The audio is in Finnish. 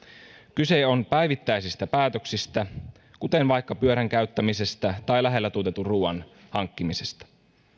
kyse on päivittäisistä päätöksistä kuten vaikka pyörän käyttämisestä tai lähellä tuotetun ruuan hankkimisesta